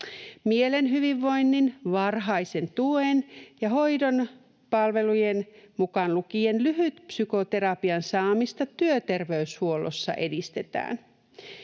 Mielen hyvinvoinnin, varhaisen tuen ja hoidon palvelujen mukaan lukien lyhytpsykoterapian saamista työterveyshuollossa edistetään.